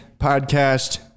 Podcast